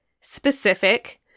specific